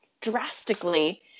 drastically